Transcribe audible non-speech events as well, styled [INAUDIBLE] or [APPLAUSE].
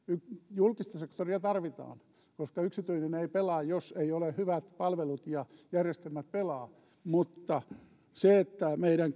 julkista sektoria tarvitaan koska yksityinen ei pelaa jos ei ole hyvät palvelut ja järjestelmät pelaa mutta meidän [UNINTELLIGIBLE]